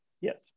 Yes